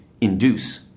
induce